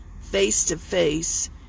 face-to-face